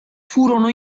furono